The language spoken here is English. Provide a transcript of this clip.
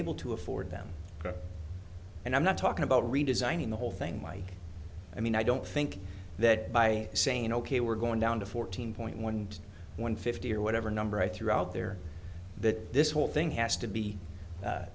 able to afford them and i'm not talking about redesigning the whole thing like i mean i don't think that by saying ok we're going down to fourteen point one one fifty or whatever number i threw out there that this whole thing has to be